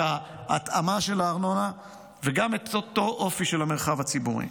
ההתאמה של הארנונה וגם את אותו אופי של המרחב הציבורי.